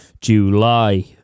July